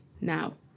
Now